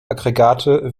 aggregate